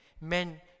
men